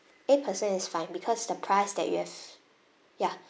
eight person is fine because the price that you have ya